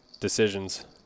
decisions